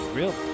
Real